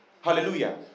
Hallelujah